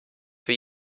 für